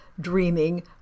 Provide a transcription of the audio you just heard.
dreaming